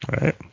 Right